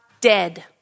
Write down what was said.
dead